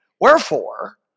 Wherefore